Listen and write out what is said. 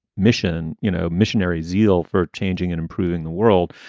mission, you know, missionary zeal for changing and improving the world.